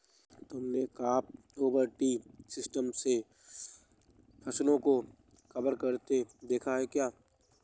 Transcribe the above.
तुमने crop over tree system से फसलों को कवर करते देखा है क्या?